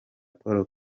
paul